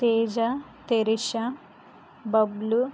Teja Terisha Bablu